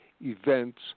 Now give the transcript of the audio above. events